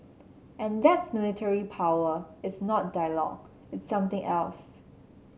and that's military power it's not dialogue it's something else